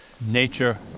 nature